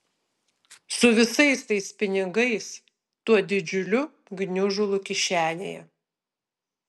su visais tais pinigais tuo didžiuliu gniužulu kišenėje